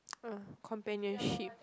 uh companionship